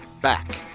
back